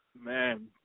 Man